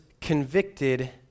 convicted